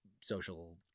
social